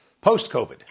post-COVID